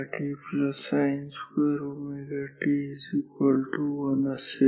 आणि cos2 ωt sin2 ωt1 असेल